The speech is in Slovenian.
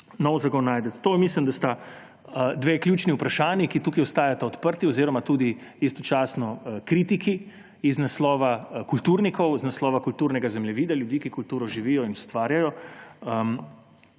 To, mislim, da sta dve ključni vprašanji, ki tukaj ostajata odprti oziroma tudi istočasno kritiki z naslova kulturnikov, z naslova kulturnega zemljevida, ljudi, ki kulturo živijo in ustvarjajo,